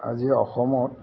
আজি অসমত